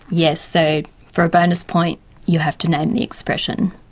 yes, so for a bonus point you have to name the expression.